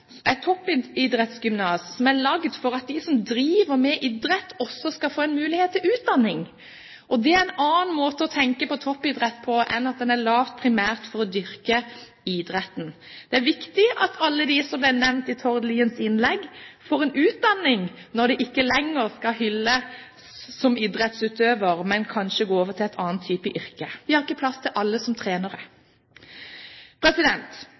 toppidrettsgymnas – for at de som driver med idrett, også skal få en mulighet til en utdanning. Det er en annen måte å tenke toppidrett på enn primært å dyrke idrett. Det er viktig at alle de som ble nevnt i Tord Liens innlegg, får en utdanning når de ikke lenger kan hylles som idrettsutøvere, men kanskje må gå over til en annen type yrke. Vi har ikke plass til alle som